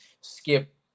Skip